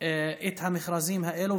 את המכרזים האלה.